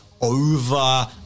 over